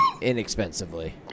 inexpensively